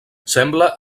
sembla